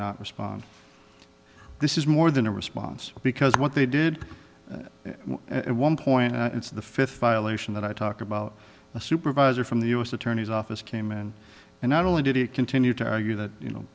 not respond this is more than a response because what they did at one point it's the fifth violation that i talk about a supervisor from the u s attorney's office came in and not only did he continue to argue that you